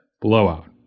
blowout